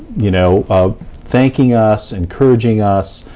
you know, ah thanking us, encouraging us,